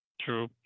True